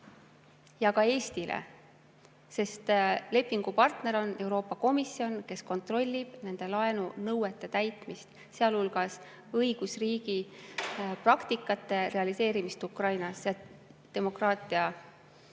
ja ka Eestil. Lepingupartner on Euroopa Komisjon, kes kontrollib nende laenunõuete täitmist, sealhulgas õigusriigi praktikate realiseerimist ja demokraatlikke